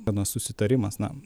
mano susitarimas na